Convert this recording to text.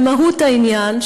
במהות העניין,